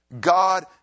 god